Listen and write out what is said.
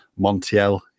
Montiel